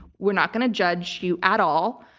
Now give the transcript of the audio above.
we're not going to judge you at all.